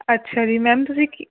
ਅੱਛਾ ਜੀ ਮੈਮ ਤੁਸੀਂ ਕੀ